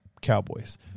Cowboys